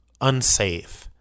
Unsafe